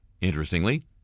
Interestingly